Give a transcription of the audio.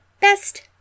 Best